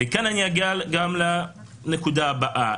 וכאן אני אגיע לנקודה הבאה.